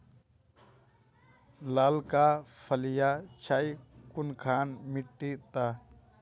लालका फलिया छै कुनखान मिट्टी त?